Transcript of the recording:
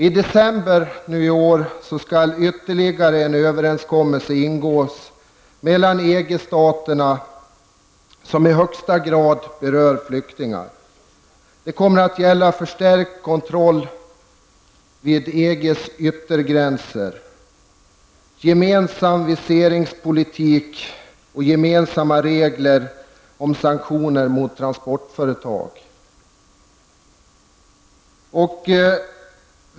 I december i år skall mellan EG-staterna ingås ytterligare en överenskommelse som i högsta grad berör flyktingarna. Det kommer att gälla förstärkt kontroll vid EGs yttergränser, gemensam viseringspolitik och gemensamma regler om sanktioner mot transportföretag.